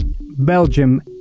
Belgium